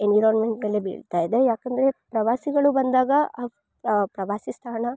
ಎನ್ವಿರಾನ್ಮೆಂಟ್ನಲ್ಲೆ ಬಿಳ್ತಾಯಿದೆ ಯಾಕಂದರೆ ಪ್ರವಾಸಿಗಳು ಬಂದಾಗ ಆ ಪ್ರವಾಸಿ ತಾಣ